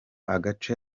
agace